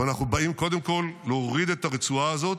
אבל אנחנו באים קודם כול להוריד את הרצועה הזאת.